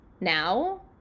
now